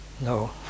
No